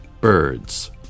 Birds